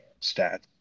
stats